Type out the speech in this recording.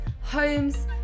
homes